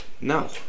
No